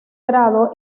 grado